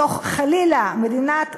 בתוך, חלילה, מדינת פלסטינית,